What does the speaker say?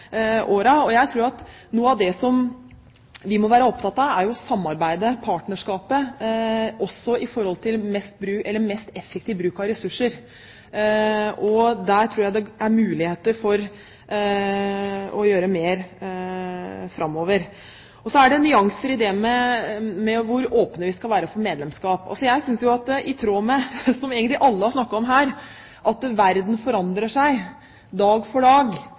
Jeg tror at noe av det vi må være opptatt av, er samarbeidet – partnerskapet – også når det gjelder mest effektiv bruk av ressurser. Der tror jeg det er muligheter for å gjøre mer framover. Og så er det nyanser i hvor åpne vi skal være for medlemskap. Jeg synes at det i tråd med at, som egentlig alle har snakket om her, verden forandrer seg dag for dag